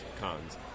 cons